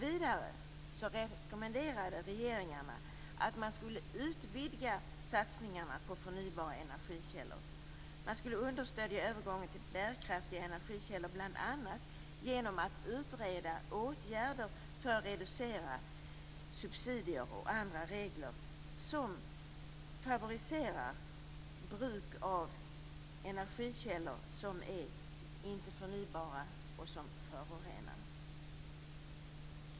Vidare rekommenderades regeringarna att utvidga satsningarna på förnybara energikällor och understödja övergången till bärkraftiga energikällor, bl.a. genom att utreda åtgärder för att reducera subsidier och andra regler som favoriserar bruk av energikällor som inte är förnybara och som förorenar.